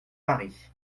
paris